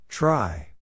Try